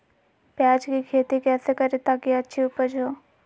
प्याज की खेती कैसे करें ताकि अच्छी उपज हो?